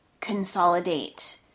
consolidate